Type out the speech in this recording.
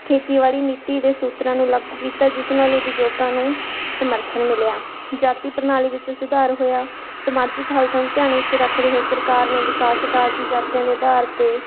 ਖੇਤੀਬਾੜੀ ਨੀਤੀ ਦੇ ਸੂਤਰਾਂ ਨੂੰ ਲਾਗੂ ਕੀਤਾ ਜਿਸ ਨਾਲ ਉਦਯੋਗਾਂ ਨੂੰ ਸਮਰਥਨ ਮਿਲਿਆ ਜਾਤੀ ਪ੍ਰਣਾਲੀ ਵਿੱਚ ਸੁਧਾਰ ਹੋਇਆ ਸਮਾਜਿਕ ਹਾਲਾਤਾਂ ਨੂੰ ਧਿਆਨ ਵਿੱਚ ਰੱਖਦੇ ਹੋਏ ਸਰਕਾਰ ਨੇ ਵਿਕਾਸ ਕਾਰਜਾਂ ਜਾਤੀਆਂ ਦੇ ਆਧਾਰ 'ਤੇ